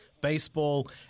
baseball